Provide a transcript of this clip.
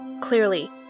clearly